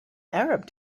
arab